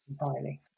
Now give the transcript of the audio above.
entirely